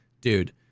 dude